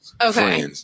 Okay